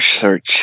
search